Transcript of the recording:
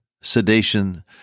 sedation